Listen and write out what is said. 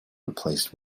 replaced